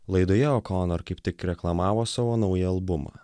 laidoje okonor kaip tik reklamavo savo naują albumą